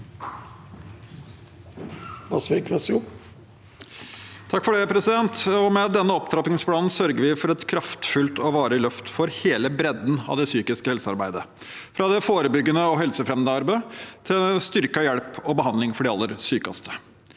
Vasvik (A) Med denne opptrap- pingsplanen sørger vi for et kraftfullt og varig løft for hele bredden av det psykiske helsearbeidet, fra det forebyggende og helsefremmende arbeidet til styrket hjelp og behandling for de aller sykeste.